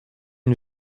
une